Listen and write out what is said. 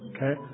Okay